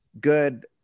good